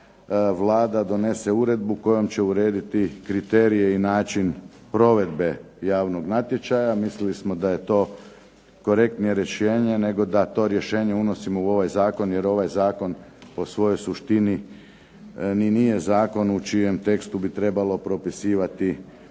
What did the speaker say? Vlada donese uredbu kojom će urediti kriterije i način provedbe javnog natječaja, mislili smo da je to korektnije rješenje nego da to rješenje unosimo u ovaj zakon, jer ovaj zakon po svojoj suštini ni nije zakon u čijem tekstu bi trebalo propisivati uvjete